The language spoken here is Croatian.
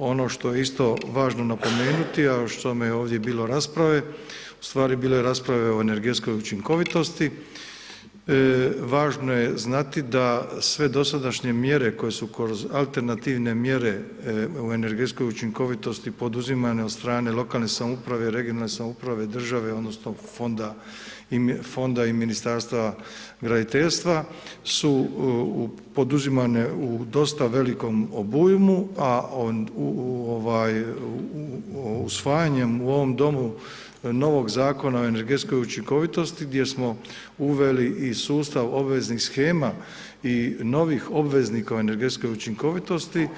Ono što je isto važno napomenuti, a o čemu je ovdje bilo i rasprave, ustvari bilo je rasprave o energetskoj učinkovitosti, važno je znati da sve dosadašnje mjere koje su kroz alternativne mjere u energetskoj učinkovitosti poduzimane od strane lokalne samouprave, regionalne samouprave, države odnosno fonda i Ministarstva graditeljstva su poduzimane u dosta velikom obujmu, a usvajanjem u ovom Domu novog zakona o energetskoj učinkovitosti gdje smo uveli i sustav obveznih shema i novih obveznika o energetskoj učinkovitosti,